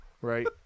right